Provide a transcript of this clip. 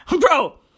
Bro